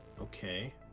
Okay